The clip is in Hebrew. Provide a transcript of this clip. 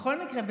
בכל מקרה,